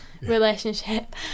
relationship